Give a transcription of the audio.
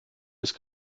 ist